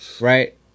right